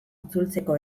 itzultzeko